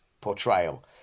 portrayal